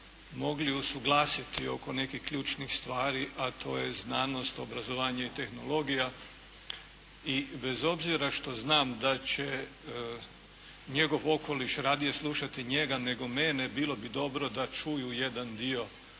mogli usuglasiti oko nekih ključnih stvari, a to je znanost, obrazovanje i tehnologija. I bez obzira što znam da će njegov okoliš radije slušati njega nego mene, bilo bi dobro da čuju jedan dio